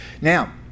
Now